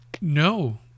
No